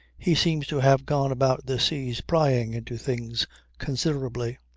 he seems to have gone about the seas prying into things considerably.